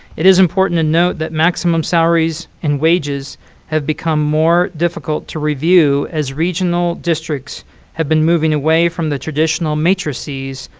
it is important to note that maximum salaries and wages have become more difficult to review as regional districts have been moving away from the traditional matrices,